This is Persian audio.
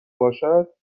باشد